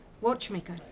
watchmaker